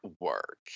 work